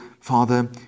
Father